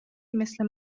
مثل